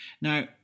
Now